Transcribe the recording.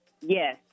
Yes